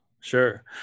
sure